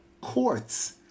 courts